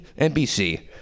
NBC